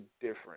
different